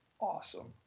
awesome